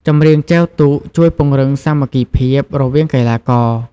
ចម្រៀងចែវទូកជួយ ពង្រឹងសាមគ្គីភាព រវាងកីឡាករ។